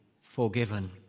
forgiven